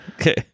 Okay